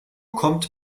kommt